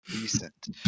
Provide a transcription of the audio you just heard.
Recent